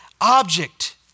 object